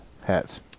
hats